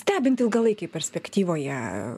stebint ilgalaikėj perspektyvoje